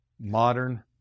modern